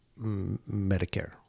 Medicare